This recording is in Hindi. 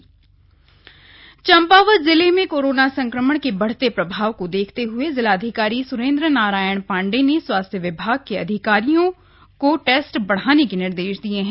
चंपावत टेस्टिंग चम्पावत जिले में कोरोना संक्रमण के बढ़ते प्रभाव को देखते हए जिलाधिकारी स्रेंद्र नारायण पांडेय ने स्वास्थ्य विभाग के अधिकारियों टेस्ट बढ़ाने के निर्देश दिये हैं